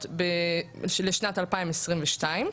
הדו"חות לשנת 2022,